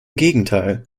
gegenteil